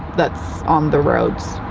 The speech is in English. that's on the roads.